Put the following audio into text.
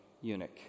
eunuch